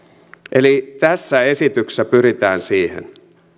eli tässä esityksessä pyritään siihen